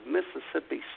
Mississippi